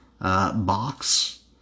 box